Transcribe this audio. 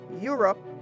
Europe